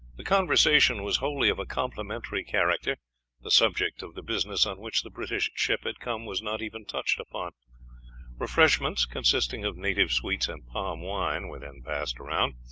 the conversation was wholly of a complimentary character the subject of the business on which the british ship had come was not even touched upon refreshments, consisting of native sweets and palm wine, were then passed round,